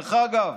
דרך אגב,